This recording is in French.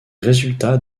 résultats